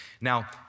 Now